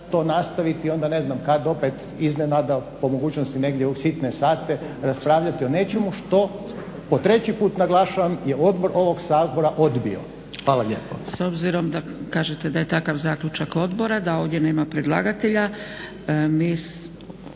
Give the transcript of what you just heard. to nastaviti i onda ne znam kad opet iznenada po mogućnosti negdje u sitne sate raspravljati o nečemu što po treći put naglašavam je Odbor ovog Sabora odbio. Hvala lijepo.